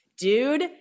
Dude